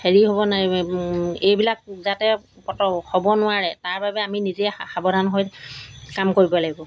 হেৰি হ'ব নাই এইবিলাক যাতে হ'ব নোৱাৰে তাৰবাবে আমি নিজেই সা সাৱধান হৈ কাম কৰিব লাগিব